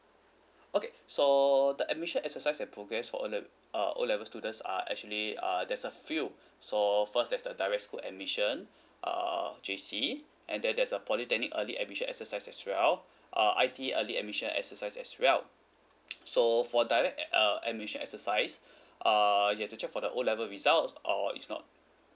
okay so the admission exercise and programmes for O le~ uh O level students are actually uh there's a few so first there's the direct school admission uh J_C and then there's a polytechnic early admission exercise as well uh I_T early admission exercise as well so for direct ad~ uh admission exercise err you have to check for the O level results or if not